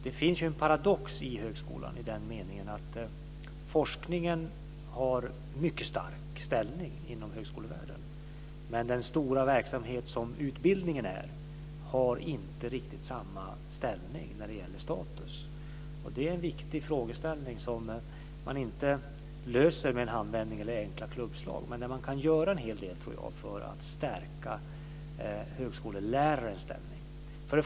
Det finns en paradox i högskolan i den meningen att forskningen har en mycket stark ställning inom högskolevärlden. Men den stora verksamhet som utbildningen är har inte riktigt samma ställning när det gäller status. Det är en viktig fråga som man inte löser med en handvändning eller enkla klubbslag. Men det går att göra en hel del för att stärka högskolelärarens ställning.